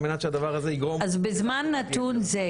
על מנת שהדבר הזה יגרום- -- אז בזמן נתון זה,